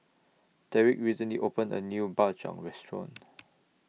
Deric recently opened A New Bak Chang Restaurant